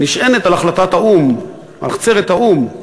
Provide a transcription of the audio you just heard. נשענת על החלטת האו"ם, עצרת האו"ם,